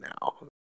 now